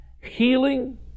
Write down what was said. healing